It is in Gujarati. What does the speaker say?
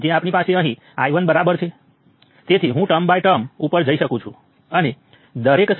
આ 6 વોલ્ટ અને 16 વોલ્ટ તમે સરળતાથી જોઈ શકો છો